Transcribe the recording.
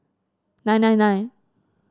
nine nine nine